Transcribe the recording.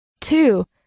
Two